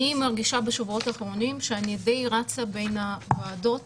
אני מרגישה בשבועות האחרונים שאני די רצה בין הוועדות